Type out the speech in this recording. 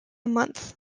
month